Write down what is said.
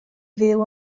fyw